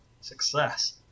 success